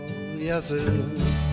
yeses